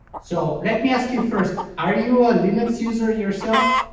so, let me ask you first, are you a linux user yourself?